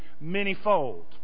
many-fold